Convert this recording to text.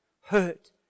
hurt